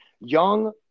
young